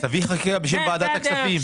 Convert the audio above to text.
אז תביא חקיקה בשם ועדת הכספים.